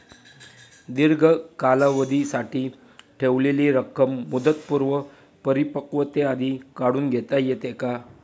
दीर्घ कालावधीसाठी ठेवलेली रक्कम मुदतपूर्व परिपक्वतेआधी काढून घेता येते का?